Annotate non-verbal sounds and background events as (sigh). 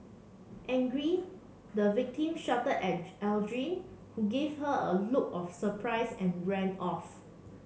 angry the victim shouted at (unintelligible) Aldrin who gave her a look of surprise and ran off